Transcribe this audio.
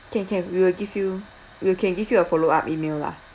can can we will give you we'll can give you a follow up email lah